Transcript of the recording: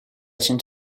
için